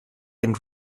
and